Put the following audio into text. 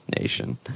nation